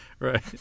Right